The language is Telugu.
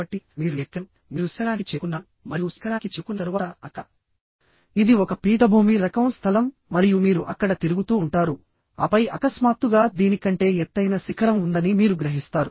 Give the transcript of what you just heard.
" కాబట్టి మీరు ఎక్కారు మీరు శిఖరానికి చేరుకున్నారు మరియు శిఖరానికి చేరుకున్న తరువాత అక్కడ ఇది ఒక పీఠభూమి రకం స్థలం మరియు మీరు అక్కడ తిరుగుతూ ఉంటారు ఆపై అకస్మాత్తుగా దీని కంటే ఎత్తైన శిఖరం ఉందని మీరు గ్రహిస్తారు